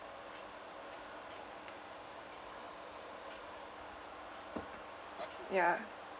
ya